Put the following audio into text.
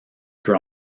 peut